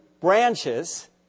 branches